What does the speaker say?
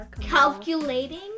Calculating